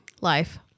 life